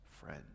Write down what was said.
friend